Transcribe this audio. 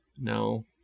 No